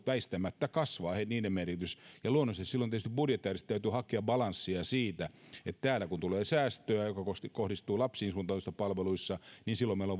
väistämättä kasvaa ja luonnollisesti silloin tietysti budjetäärisesti täytyy hakea balanssia siitä että täällä kun tulee säästöä lapsiin suuntautuvista palveluista silloin meillä